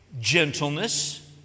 gentleness